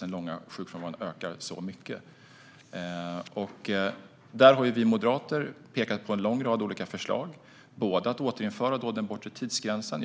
den långa sjukfrånvaron ökar så mycket. Här har vi moderater pekat på en lång rad olika förslag, framför allt att återinföra den bortre tidsgränsen.